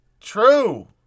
true